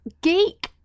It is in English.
Geek